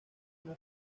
una